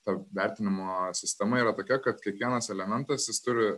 ta vertinimo sistema yra tokia kad kiekvienas elementas jis turi